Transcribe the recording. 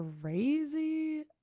crazy